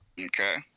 Okay